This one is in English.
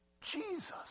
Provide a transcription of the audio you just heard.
jesus